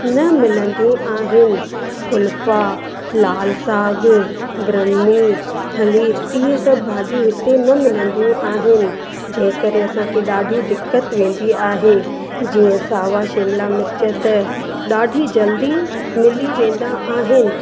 न मिलंदियूं आहिनि कुल्फ़ा लाल साग ब्रह्मी हलीफ़ इहे सभु भाॼियूं हिते न मिलंदियूं आहिनि जंहिं करे असांखे ॾाढी दिक़त वेंदी आहे जीअं सावा शिमला मिर्च त ॾाढी जल्दी मिली वेंदा आहिनि